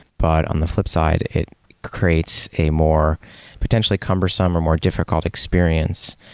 but on the flipside, it creates a more potentially cumbersome or more difficult experience.